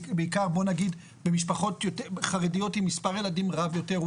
בעיקר ממשפחות חרדיות עם מספר ילדים רב יותר,